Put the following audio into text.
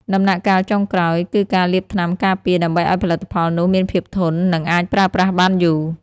ដំណាក់កាលចុងក្រោយ គឺការលាបថ្នាំការពារ ដើម្បីឱ្យផលិតផលនោះមានភាពធន់ និងអាចប្រើប្រាស់បានយូរ។